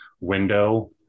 window